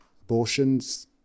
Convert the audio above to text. Abortions